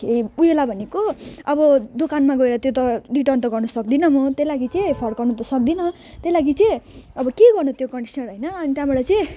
के ऊ योलाई भनेको अब दोकानमा गएर त्यो त रिटर्न त गर्नु सक्दिन म त्यही लागि चाहिँ फर्काउनु त सक्दिन त्यही लागि चाहिँ अब के गर्नु त्यो कन्डिसनर होइन अनि त्यहाँबाट चाहिँ